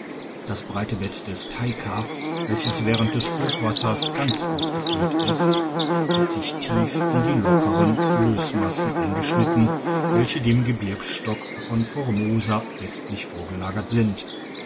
das breite bett des taika welches während des hochwassers ganz ausgefüllt ist hat sich tief in die lockeren lössmassen eingeschnitten welche dem gebirgsstock von formosa westlich vorgelagert sind